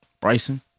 Bryson